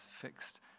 fixed